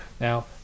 Now